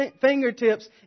fingertips